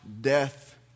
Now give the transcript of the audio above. death